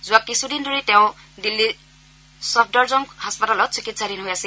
যোৱা কিছুদিন ধৰি তেওঁ দিল্লী চফদৰ্জং হাস্পতালত চিকিৎসাধীন হৈ আছিল